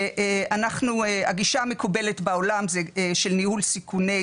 הגישה המקובלת בעולם של ניהול סיכוני